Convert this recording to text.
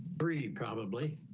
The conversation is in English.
three probably